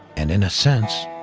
and in a sense,